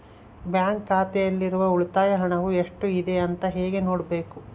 Bank ಖಾತೆಯಲ್ಲಿರುವ ಉಳಿತಾಯ ಹಣವು ಎಷ್ಟುಇದೆ ಅಂತ ಹೇಗೆ ನೋಡಬೇಕು?